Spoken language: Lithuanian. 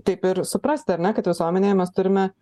taip ir suprasti ar ne kad visuomenėje mes turime